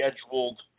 scheduled